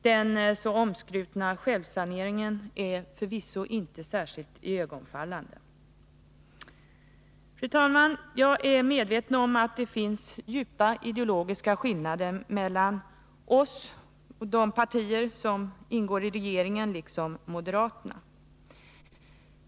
Den så omskrutna självsaneringen är förvisso inte särskilt iögonfallande! Fru talman! Jag är medveten om att det finns djupa ideologiska skillnader mellan vårt parti och de partier som ingår i regeringen, liksom moderaterna.